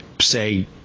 say